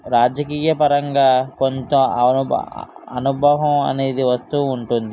రాజకీయపరంగా కొంత అను అనుభవం అనేది వస్తూ ఉంటుంది